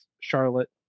Charlotte